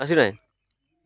ଆସିନାଇଁ